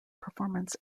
performance